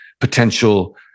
potential